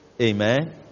Amen